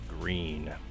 green